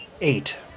Eight